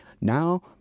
now